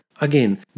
Again